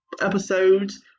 episodes